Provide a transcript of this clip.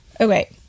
Okay